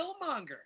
Killmonger